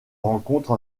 rencontre